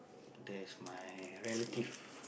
there's my relative